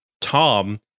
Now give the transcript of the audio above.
Tom